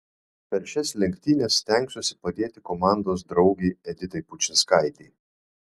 per šias lenktynes stengsiuosi padėti komandos draugei editai pučinskaitei